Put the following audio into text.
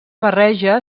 barreja